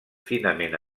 finament